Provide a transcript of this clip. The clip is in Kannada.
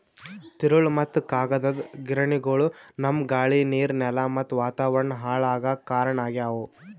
ತಿರುಳ್ ಮತ್ತ್ ಕಾಗದದ್ ಗಿರಣಿಗೊಳು ನಮ್ಮ್ ಗಾಳಿ ನೀರ್ ನೆಲಾ ಮತ್ತ್ ವಾತಾವರಣ್ ಹಾಳ್ ಆಗಾಕ್ ಕಾರಣ್ ಆಗ್ಯವು